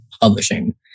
Publishing